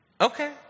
okay